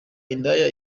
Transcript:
indaya